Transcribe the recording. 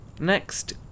Next